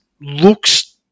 looks